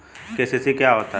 KCC क्या होता है?